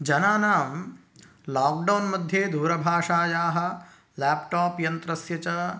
जनानां लाक्डौन्मध्ये दूरभाषायाः ल्याप्टाप् यन्त्रस्य च